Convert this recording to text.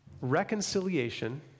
reconciliation